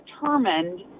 determined